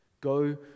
go